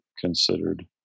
considered